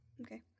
Okay